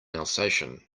alsatian